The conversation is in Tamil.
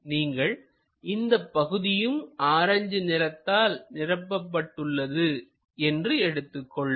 நீங்கள் இந்த பகுதியும் ஆரஞ்சு நிறத்தால் நிரப்பப்பட்டு உள்ளது என்று எடுத்துக் கொள்ளுங்கள்